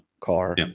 car